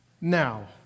Now